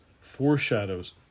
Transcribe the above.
foreshadows